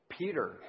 Peter